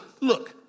look